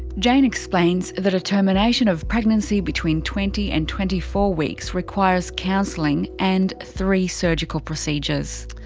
jane explains that a termination of pregnancy between twenty and twenty four weeks requires counselling and three surgical procedures.